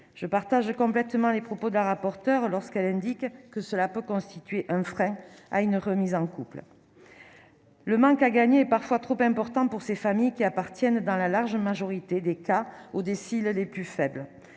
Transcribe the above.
je partage complètement les propos de la rapporteur lorsqu'elle indique que cela peut constituer un frein à une remise en couple, le manque à gagner parfois trop importante pour ces familles qui appartiennent dans la large majorité d'États ou d'ici là, les plus faibles,